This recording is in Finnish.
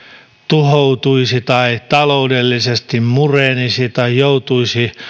tuhoutuisi tai taloudellisesti murenisi tai joutuisi